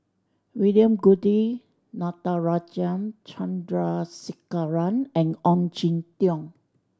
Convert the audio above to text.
William Goode Natarajan Chandrasekaran and Ong Jin Teong